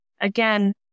again